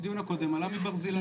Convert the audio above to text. בדיון הקודם עלה מבית החולים ברזילי.